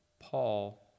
Paul